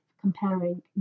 Comparing